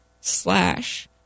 slash